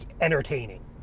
...entertaining